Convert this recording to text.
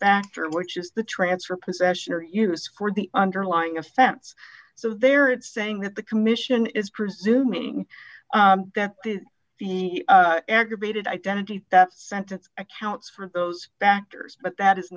factor which is the transfer possession or use for the underlying offense so there it's saying that the commission is presuming that the aggravated identity theft d sentence accounts for those factors but that is